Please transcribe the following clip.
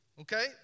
Okay